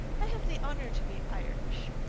i have the honour to be irish.